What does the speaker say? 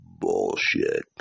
bullshit